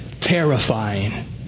terrifying